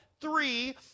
three